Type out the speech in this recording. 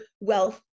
wealth